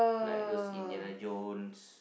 like those Indiana-Jones